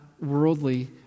worldly